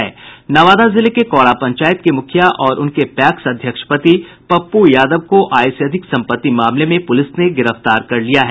नवादा जिले के कौरा पंचायत के मुखिया और उनके पैक्स अध्यक्ष पति पप्पू यादव को आय से अधिक सम्पत्ति मामले में पुलिस ने गिरफ्तार कर लिया है